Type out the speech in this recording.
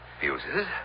Fuses